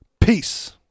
Peace